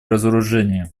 разоружения